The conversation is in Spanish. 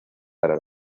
para